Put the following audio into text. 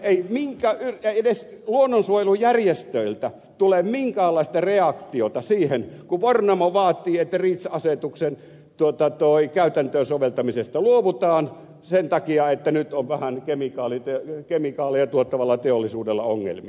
ei edes luonnonsuojelujärjestöiltä tule minkäänlaista reaktiota siihen kun vornamo vaatii että reach asetuksen käytäntöön soveltamisesta luovutaan sen takia että nyt on kemikaaleja tuottavalla teollisuudella vähän ongelmia